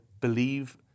believe